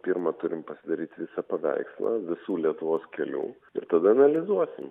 pirma turim pasidaryt visą paveikslą visų lietuvos kelių ir tada analizuosim